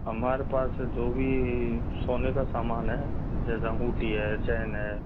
हमारे पास जो भी सोने का सामान है जैसा अंगूठी है चैन है